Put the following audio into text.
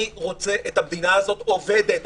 אני רוצה את המדינה הזאת עובדת.